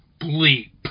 Bleep